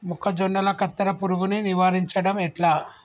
మొక్కజొన్నల కత్తెర పురుగుని నివారించడం ఎట్లా?